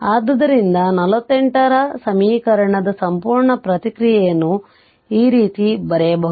ಆದ್ದರಿಂದ 48 ರ ಸಮೀಕರಣದ ಸಂಪೂರ್ಣ ಪ್ರತಿಕ್ರಿಯೆಯನ್ನು ಈ ರೀತಿ ಬರೆಯಬಹುದು